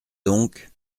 donc